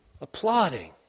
applauding